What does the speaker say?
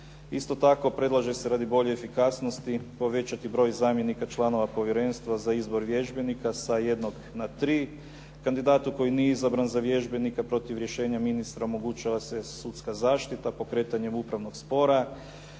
Isto tako, predlaže se radi bolje efikasnosti povećati broj zamjenika članova Povjerenstva za izbor vježbenika sa jednog na tri. Kandidatu koji nije izabran za vježbenika protiv rješenja ministra omogućava se sudska zaštita pokretanjem upravnog spora.